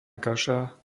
kaša